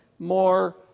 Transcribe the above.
More